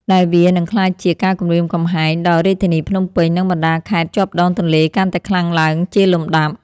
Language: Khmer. ដែលវានឹងក្លាយជាការគំរាមកំហែងដល់រាជធានីភ្នំពេញ និងបណ្តាខេត្តជាប់ដងទន្លេកាន់តែខ្លាំងឡើងជាលំដាប់។